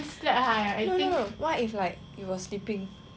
no no what if like you were sleeping